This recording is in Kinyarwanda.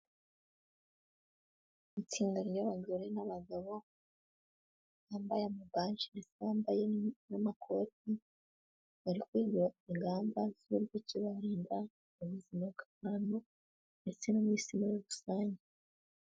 Itsinda ry'abagore n'abagabo bambaye amabaji, bambaye n'amakoti bari ku ngamba zo kurinda ubuzima bw'abantu ndetse no mu Isi muri rusange.